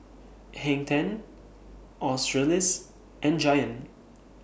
Hang ten Australis and Giant